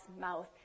mouth